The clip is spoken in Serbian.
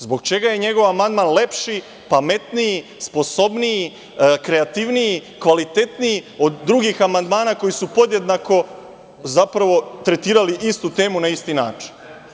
Zbog čega je njegov amandman lepši, pametniji, sposobniji, kreativniji, kvalitetniji od drugih amandmana koji su podjednako tretirali istu temu na isti način?